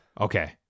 Okay